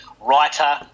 writer